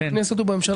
בכנסת ובממשלה,